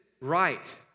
right